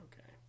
Okay